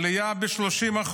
עלייה ב-30%.